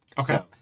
Okay